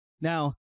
Now